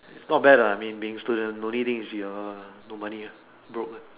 it's not bad lah I mean being student the only thing is you are no money ah broke ah